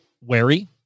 wary